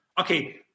okay